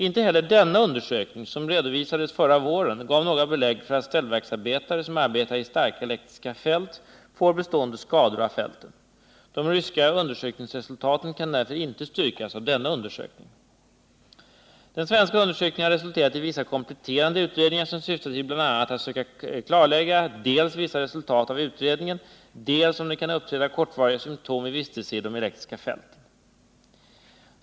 Inte heller denna undersökning, som redovisades förra våren, gav några belägg för att ställverksarbetare som arbetar i starka elektriska fält får bestående skador av fälten. De ryska undersökningsresultaten kan därför inte styrkas av denna undersökning. Den svenska undersökningen har resulterat i vissa kompletterande utredningar, som bl.a. syftar till att söka klarlägga dels vissa resultat av utredningen, dels om det kan uppträda kortvariga symtom vid vistelse i de elektriska fälten.